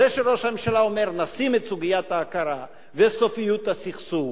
זה שראש הממשלה אומר: נשים את סוגיית ההכרה וסופיות הסכסוך,